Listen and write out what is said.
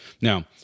Now